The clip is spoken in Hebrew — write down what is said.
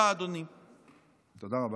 תודה,